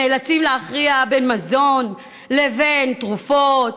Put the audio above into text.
ונאלצים להכריע בין מזון לבין תרופות,